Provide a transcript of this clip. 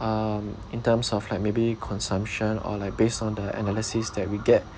um in terms of like maybe consumption or like based on the analysis that we get